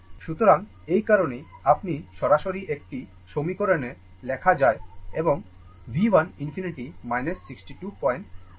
সুতরাং এই কারণেই আপনি সরাসরি একটি সমীকরণকে লেখা যাই এবং V1 ∞ 6267 volt